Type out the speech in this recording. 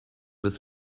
des